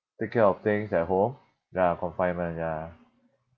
take care of things at home ya confinement ya